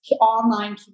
online